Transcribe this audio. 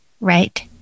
right